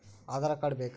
Aadhaar card ಬೇಕಾ?